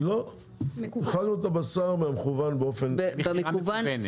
לא, החלנו את הבשר באופן, רק בצורה מקוונת.